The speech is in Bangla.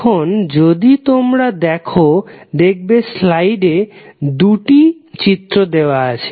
এখন যদি তোমরা দেখো দেখাবে স্লাইডে দুটো চিত্র দেওয়া আছে